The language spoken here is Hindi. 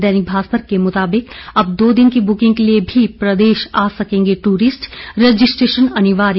दैनिक भास्कर के मुताबिक अब दो दिन की बुकिंग के लिये भी प्रदेश आ सकेंगे ट्ररिस्ट रजिस्ट्रेशन अनिवार्य